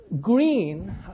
green